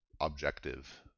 objective